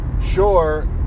sure